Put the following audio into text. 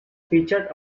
featured